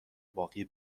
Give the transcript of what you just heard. باقی